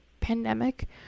pandemic